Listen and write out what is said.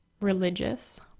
religious